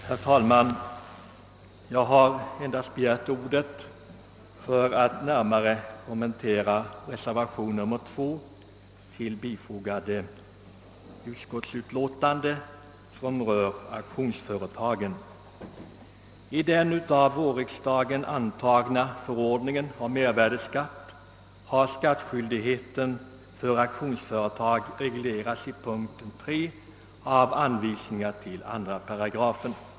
Herr talman! Jag har begärt ordet en dast för att något kommentera reservationen 2, som rör auktionsföretag. I den av vårriksdagen antagna förordningen om mervärdeskatt har skattskyldigheten för auktionsföretag reglerats i punkt 3 av anvisningarna till 2 £.